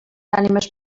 ànimes